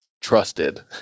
Trusted